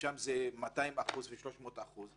ששם זה 200% ו-300%,